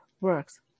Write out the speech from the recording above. works